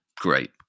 great